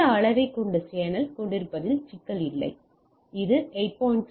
இந்த அளவைக் கொண்ட சேனலைக் கொண்டிருப்பதில் சிக்கல் இல்லை இது 8